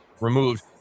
removed